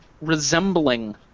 resembling